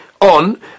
on